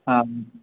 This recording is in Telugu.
ఆ